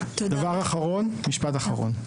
דבר אחרון,